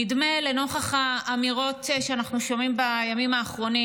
נוכח האמירות שאנחנו שומעים בימים האחרונים,